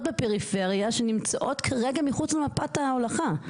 בפריפריה שנמצאות כרגע מחוץ למפת ההולכה,